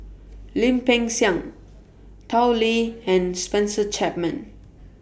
Lim Peng Siang Tao Li and Spencer Chapman